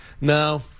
no